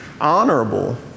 honorable